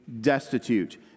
destitute